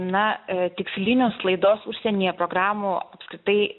na tikslinių sklaidos užsienyje programų apskritai